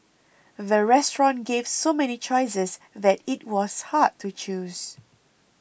the restaurant gave so many choices that it was hard to choose